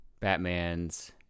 Batman's